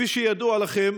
כפי שידוע לכם,